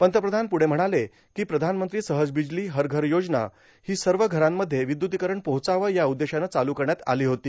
पंतप्रधान पुढे म्हणाले की प्रधामंत्री सहज बिजली हर घर योजना ही सर्व घरांमध्ये विद्युतीकरण पोहोचावं या उद्देशानं चालू करण्यात आली होती